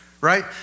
right